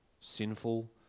sinful